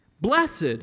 Blessed